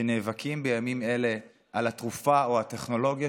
שנאבקים בימים אלה על התרופה או הטכנולוגיה